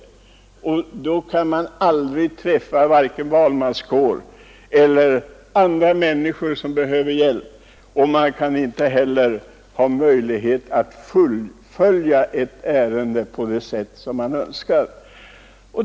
Då hinner de förtroendevalda aldrig träffa vare sig valmanskår eller andra människor, som behöver hjälp, och man kan då aldrig fullfölja ett ärende på det sätt man önskar.